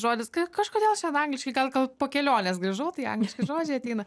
žodis kažkodėl šiandien angliškai gal gal po kelionės grįžau tai angliški žodžiai ateina